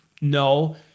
No